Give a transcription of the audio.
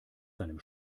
seinem